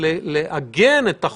אתה יודע שב-CT משתמשים לסוגיות רפואיות